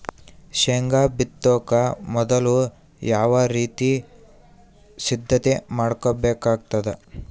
ಶೇಂಗಾ ಬಿತ್ತೊಕ ಮೊದಲು ಯಾವ ರೀತಿ ಸಿದ್ಧತೆ ಮಾಡ್ಬೇಕಾಗತದ?